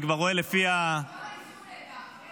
ואני כבר רואה לפי --- גם היישום נהדר.